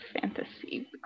fantasy